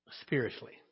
spiritually